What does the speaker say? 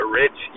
rich